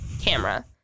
camera